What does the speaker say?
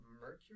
mercury